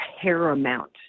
paramount